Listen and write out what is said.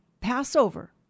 Passover